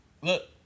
look